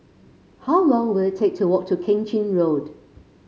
how long will it take to walk to Keng Chin Road